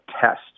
test